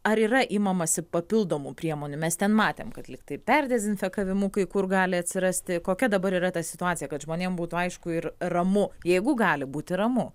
ar yra imamasi papildomų priemonių mes ten matėm kad lygtai perdezinfekavimų kai kur gali atsirasti kokia dabar yra ta situacija kad žmonėm būtų aišku ir ramu jeigu gali būti ramu